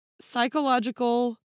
psychological